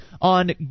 on